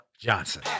Johnson